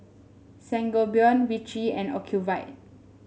Sangobion Vichy and Ocuvite